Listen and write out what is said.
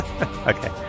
Okay